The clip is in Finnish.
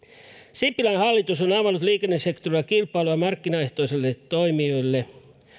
sipilän hallitus on avannut liikennesektorilla kilpailua markkinaehtoisille toimijoille